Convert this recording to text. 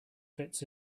fits